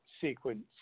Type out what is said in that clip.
sequence